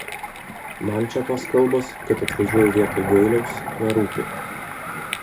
man čia tos kalbos kad atvažiuoju vietoj gailiaus nerūpi